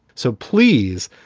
so, please,